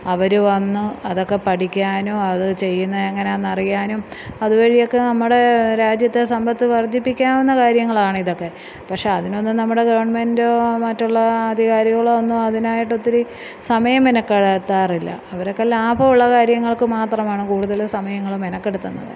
അവര് വന്ന് അതൊക്കെ പഠിക്കാനും അത് ചെയ്യുന്നത് എങ്ങനെയാണെന്ന് അറിയാനും അത് വഴിയൊക്കെ നമ്മുടെ രാജ്യത്തെ സമ്പത്ത് വർദ്ധിപ്പിക്കാവുന്ന കാര്യങ്ങളാണ് ഇതൊക്കെ പക്ഷേ അതിനൊന്നും നമ്മുടെ ഗവൺമെൻ്റോ മറ്റുള്ള അധികാരികളോ ഒന്നും അതിനായിട്ട് ഒത്തിരി സമയം മെനക്കെടുത്താറില്ല അവരൊക്കെ ലാഭമുള്ള കാര്യങ്ങൾക്ക് മാത്രമാണ് കൂടുതൽ സമയങ്ങള് മെനക്കെടുത്തുന്നത്